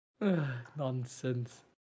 Nonsense